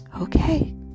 Okay